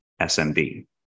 SMB